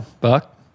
Buck